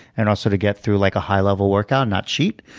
and also to get through like a high-level workout and not cheat.